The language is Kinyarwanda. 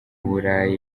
burayi